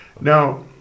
Now